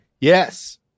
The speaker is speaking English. Yes